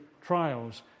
trials